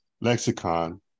lexicon